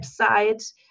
website